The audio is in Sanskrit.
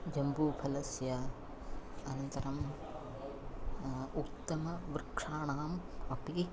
जम्बूफलस्य अनन्तरम् उत्तमवृक्षाणाम् अपि